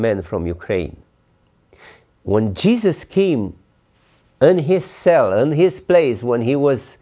man from ukraine when jesus came early his cell and his place when he was